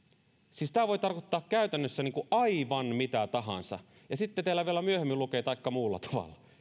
siis tämä voi tarkoittaa käytännössä niin kuin aivan mitä tahansa sitten täällä vielä myöhemmin lukee tai muulla tavalla